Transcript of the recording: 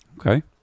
Okay